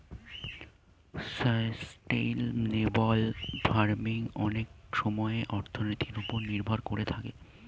sustainable farming অনেক সময়ে অর্থনীতির ওপর নির্ভর করে থাকে